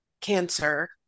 cancer